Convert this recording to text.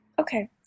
Okay